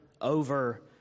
over